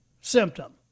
symptom